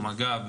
במג"ב,